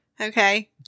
Okay